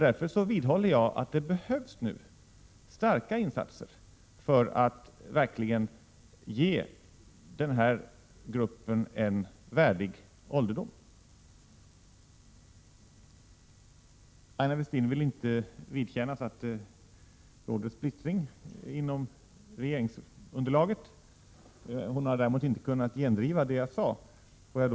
Därför vidhåller jag att det nu behövs starka insatser för att verkligen ge den här gruppen en värdig ålderdom. Aina Westin vill inte vidkännas att det råder en splittring bland uppfattningarna om regeringsunderlaget. Hon har däremot inte kunnat gendriva det jag sade.